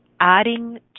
adding